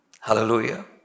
Hallelujah